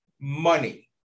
money